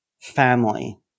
family